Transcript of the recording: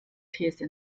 these